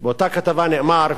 באותה כתבה נאמר,